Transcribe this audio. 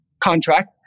contract